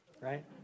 right